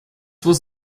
was